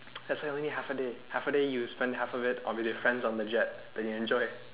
that's why only half a day half a day you spend half of it with your friends on the jet then you enjoy